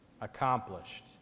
accomplished